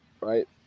right